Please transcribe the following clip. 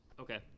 Okay